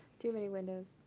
too many windows.